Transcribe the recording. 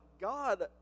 God